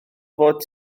fod